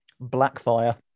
Blackfire